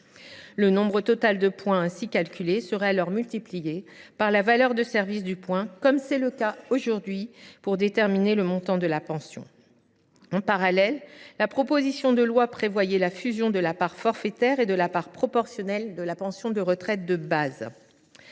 Le nombre total de points ainsi calculé serait alors multiplié par la valeur de service du point, comme on le fait aujourd’hui pour déterminer le montant de la pension. En parallèle, la proposition de loi prévoyait la fusion de la part forfaitaire et de la part proportionnelle de la pension de retraite de base